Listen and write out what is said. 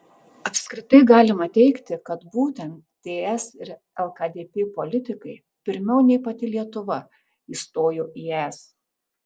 apskritai galima teigti kad būtent ts ir lkdp politikai pirmiau nei pati lietuva įstojo į es